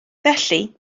felly